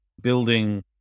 building